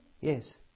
Yes